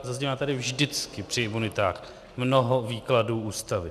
Zaznívá tady vždycky při imunitách mnoho výkladů Ústavy.